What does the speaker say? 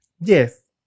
Yes